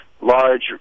large